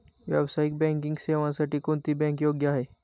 व्यावसायिक बँकिंग सेवांसाठी कोणती बँक योग्य आहे?